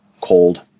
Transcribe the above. cold